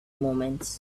moments